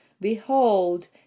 behold